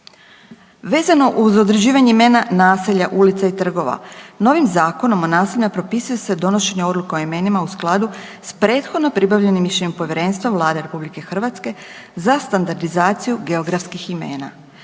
Vezano uz određivanje imena naselja, ulica i trgova, novim Zakonom o naseljima propisuje se donošenje odluka o imenima u skladu s prethodno pribavljenim mišljenjem Povjerenstva Vlade RH za standardizaciju geografskih imena.